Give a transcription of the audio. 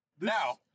Now